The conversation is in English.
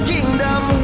Kingdom